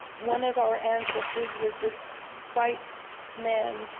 one of our ancestors was this white man,